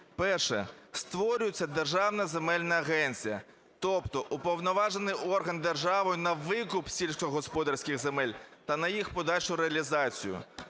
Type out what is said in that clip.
Перше. Створюється державна земельна агенція, тобто уповноважений орган держави на викуп сільськогосподарських земель та на їх подальшу реалізацію.